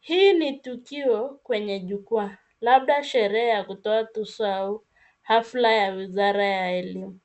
Hii ni tukio kwenye jukwaa labda sherehe ya kutoa tuzo au hafla ya wizara ya elimu.